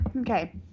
Okay